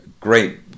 great